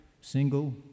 single